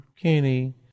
Kenny